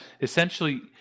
essentially